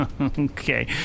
Okay